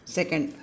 Second